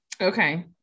okay